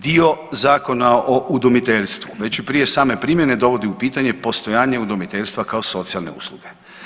Dio Zakona o udomiteljstvu već i prije same primjene dovodi u pitanje postojanje udomiteljstva kao socijalne usluge.